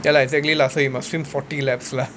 ya lah exactly lah so you must swim forty laps lah